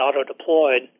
auto-deployed